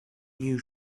you